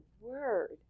word